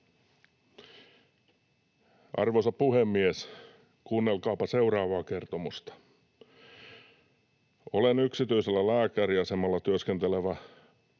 Arvoisa puhemies! Kuunnelkaapa seuraavaa kertomusta. ”Olen yksityisellä lääkäriasemalla työskentelevä